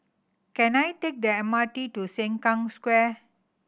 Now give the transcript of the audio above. can I take the M R T to Sengkang Square